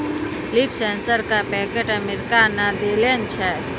Leaf sensor क patent America ने देलें छै?